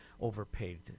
overpaid